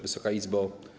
Wysoka Izbo!